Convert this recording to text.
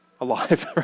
Alive